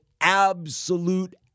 absolute